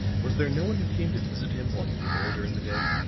was there no one who came to visit him while you were there during the day.